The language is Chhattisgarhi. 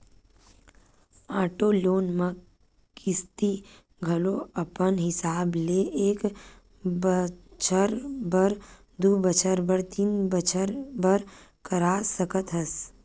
आटो लोन म किस्ती घलो अपन हिसाब ले एक बछर बर, दू बछर बर, तीन बछर बर करा सकत हस